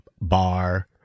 bar